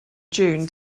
june